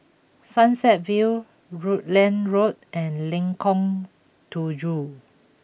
Sunset View Rutland Road and Lengkong Tujuh